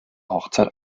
hochzeit